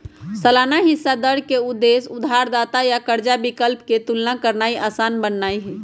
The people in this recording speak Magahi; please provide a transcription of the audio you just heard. सालाना हिस्सा दर के उद्देश्य उधारदाता आ कर्जा विकल्प के तुलना करनाइ असान बनेनाइ हइ